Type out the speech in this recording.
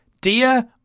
Dear